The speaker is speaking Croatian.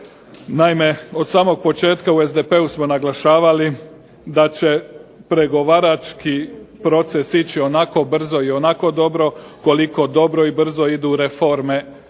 Naime, od samog početka u SDP-u smo naglašavali da će pregovarački proces ići onako brzo i onako dobro koliko dobro i brzo idu reforme